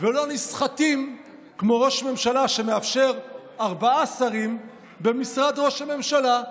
ולא נסחטים כמו ראש ממשלה שמאפשר ארבעה שרים במשרד ראש הממשלה,